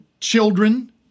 children